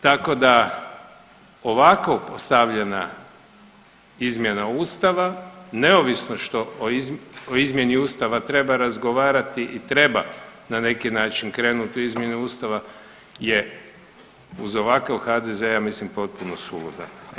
Tako da ovako postavljena izmjena Ustava neovisno što o izmjeni Ustava treba razgovarati i treba na neki način krenut u izmjene Ustava je uz ovakav HDZ ja mislim potpuno suludo.